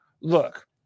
look